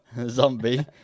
Zombie